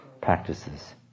practices